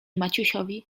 maciusiowi